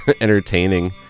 entertaining